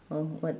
oh what